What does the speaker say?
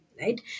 right